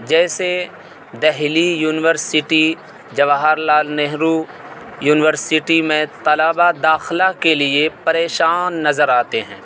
جیسے Delhi university Jawahar Lal Nehru university میں طلباء داخلہ کے لیے پریشان نظر آتے ہیں